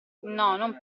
non